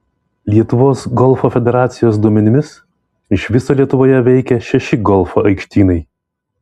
lietuvos golfo federacijos duomenimis iš viso lietuvoje veikia šeši golfo aikštynai